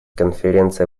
конференция